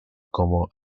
como